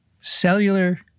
cellular